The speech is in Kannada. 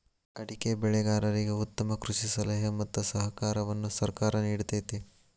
ಅಡಿಕೆ ಬೆಳೆಗಾರರಿಗೆ ಉತ್ತಮ ಕೃಷಿ ಸಲಹೆ ಮತ್ತ ಸಹಕಾರವನ್ನು ಸರ್ಕಾರ ನಿಡತೈತಿ